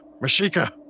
Masika